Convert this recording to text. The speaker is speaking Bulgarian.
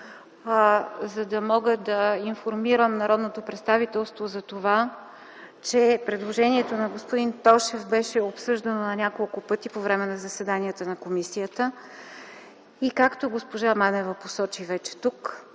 за да мога да информирам народното представителство за това, че предложението на господин Тошев беше обсъждано на няколко пъти по време на заседанията на комисията. Както госпожа Манева посочи вече тук,